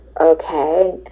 okay